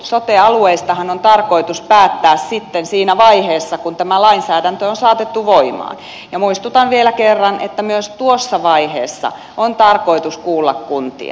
sote alueistahan on tarkoitus päättää sitten siinä vaiheessa kun tämä lainsäädäntö on saatettu voimaan ja muistutan vielä kerran että myös tuossa vaiheessa on tarkoitus kuulla kuntia